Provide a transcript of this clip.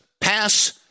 pass